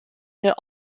der